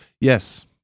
Yes